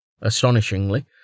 astonishingly